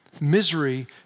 Misery